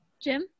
Jim